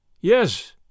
Yes